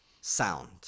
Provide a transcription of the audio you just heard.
sound